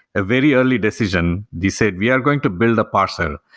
a very early decision. they said, we are going to build a parcel,